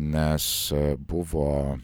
nes buvo